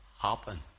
happen